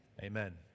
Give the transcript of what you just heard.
amen